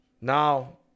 now